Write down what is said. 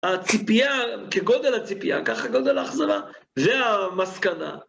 הציפייה כגודל הציפייה, ככה גודל האכזבה, זה המסקנה.